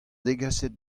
degaset